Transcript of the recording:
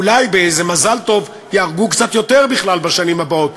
אולי באיזה מזל טוב ייהרגו קצת יותר בכלל בשנים הבאות.